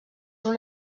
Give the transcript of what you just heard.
una